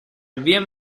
bien